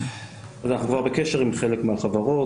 אז אנחנו כבר בקשר עם חלק מהחברות,